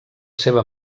seva